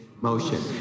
motion